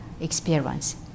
experience